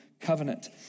covenant